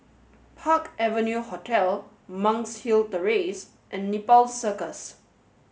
Park Avenue Hotel Monk's Hill Terrace and Nepal Circus